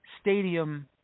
stadium